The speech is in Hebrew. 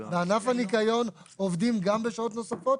בענף הניקיון עובדים גם בשעות נוספות